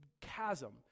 chasm